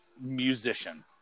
musician